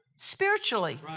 spiritually